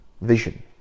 vision